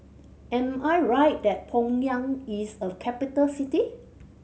am I right that Pyongyang is a capital city